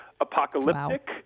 apocalyptic